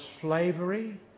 slavery